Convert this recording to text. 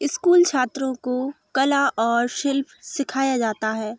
school छात्रों को कला और शिल्प सिखाया जाता है